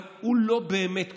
אבל הוא לא באמת כל-יכול,